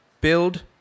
build